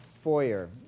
foyer